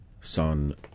son